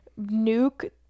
nuke